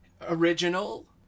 original